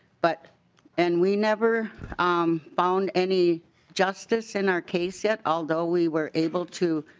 but and we never um found any justice in our case yet although we were able to